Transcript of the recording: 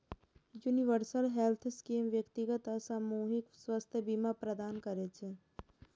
universal health scheme व्यक्तिगत आ सामूहिक स्वास्थ्य बीमा प्रदान करै छै